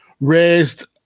Raised